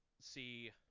see